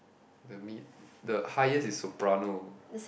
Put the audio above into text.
the mid the highest is soprano